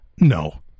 No